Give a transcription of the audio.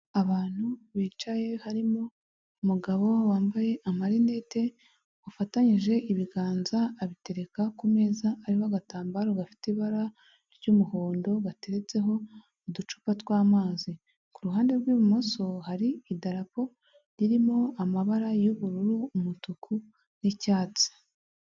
Abantu bicaye harimo umugabo wambaye amarinete, ufatanyije ibiganza abitereka ku meza ariho agatambaro gafite ibara ry'umuhondo, gateretseho uducupa tw'amazi, ku ruhande rw'ibumoso hari idarapo ririmo amabara y'ubururu, umutuku n'icyatsi.